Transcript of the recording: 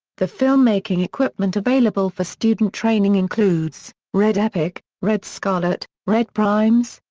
the filmmaking equipment available for student training includes red epic, red scarlet, red primes,